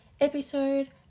episode